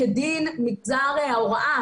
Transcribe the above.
כדין מגזר ההוראה,